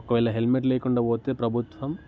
ఒకవేళ హెల్మెట్ లేకుండా పోతే ప్రభుత్వం